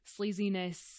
sleaziness